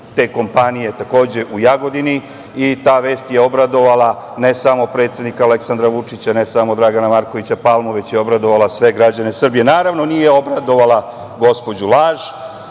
te kompanije takođe u Jagodini. Ta vest je obradovala ne samo predsednika Aleksandra Vučića, ne samo Dragana Markovića Palmu, već je obradovala sve građane Srbije. Naravno, nije obradovala gospođu laž,